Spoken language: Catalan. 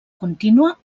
contínua